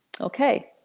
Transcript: Okay